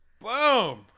Boom